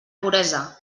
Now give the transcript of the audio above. puresa